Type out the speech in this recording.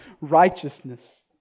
righteousness